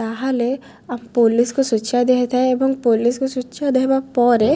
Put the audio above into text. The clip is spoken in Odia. ତା'ହେଲେ ଆମ ପୋଲିସ୍କୁ ସୁଚାଇ ଦିଆଯାଇଥାଏ ଏବଂ ପୋଲିସକୁ ସୁଚାଇ ଦେବା ପରେ